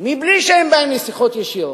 מבלי שהם באים לשיחות ישירות,